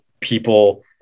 people